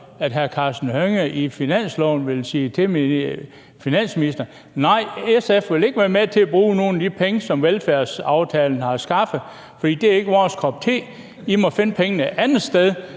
at hr. Karsten Hønge i forbindelse med finansloven vil sige til finansministeren: Nej, SF vil ikke være med til at bruge nogen af de penge, som velfærdsaftalen har skaffet, for det er ikke vores kop te; I må finde pengene et andet sted?